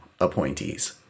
appointees